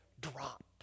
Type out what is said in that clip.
drop